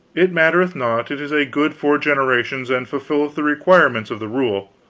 it mattereth not. it is a good four generations, and fulfilleth the requirements of the rule.